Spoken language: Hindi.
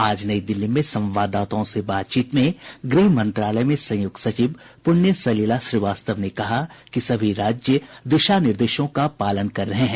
आज नई दिल्ली में संवाददाताओं से बातचीत में गृह मंत्रालय में संयुक्त सचिव पुण्य सलिला श्रीवास्तव ने कहा कि सभी राज्य दिशा निर्देशों का पालन कर रहे हैं